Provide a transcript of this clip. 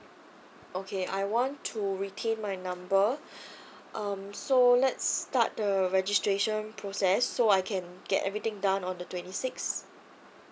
okay I want to retain my number um so let's start the registration process so I can get everything down on the twenty six